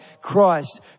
Christ